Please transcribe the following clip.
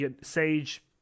sage